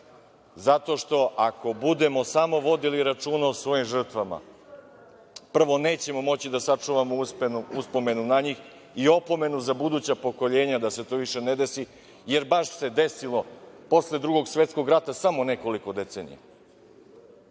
zato što ako budemo samo vodili računa o svojim žrtvama, prvo, nećemo moći da sačuvamo uspomenu na njih i opomenu za buduća pokoljenja da se to više ne desi, jer baš se desilo posle Drugog svetskog rata, samo nekoliko decenija. Moramo